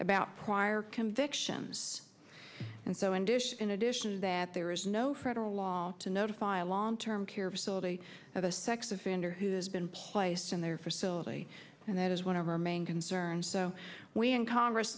about prior convictions and so on dish in addition that there is no federal law to notify a long term care facility of a sex offender who has been placed in their facility and that is one of our main concerns so we in congress